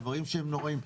דברים שהם נוראיים.